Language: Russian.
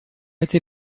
этой